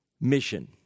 mission